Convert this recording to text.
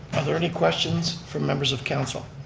are there any questions from members of council?